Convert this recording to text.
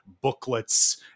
booklets